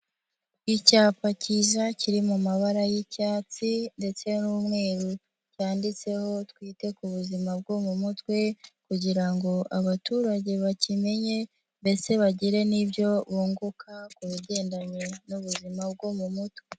Icyapa kiza kiri mu mabara y'icyatsi ndetse n'umweru, cyanditseho twite ku buzima bwo mu mutwe, kugira ngo abaturage bakimenye ndetse bagire nibyo bunguka ku bigendanye n'ubuzima bwo mu mutwe.